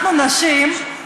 אנחנו הנשים,